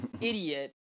idiot